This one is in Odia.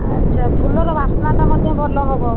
ଆଚ୍ଛା ଫୁଲର ବାସ୍ନାଟା ମଧ୍ୟ ଭଲ ହେବ